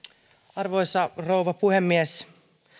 arvoisa rouva puhemies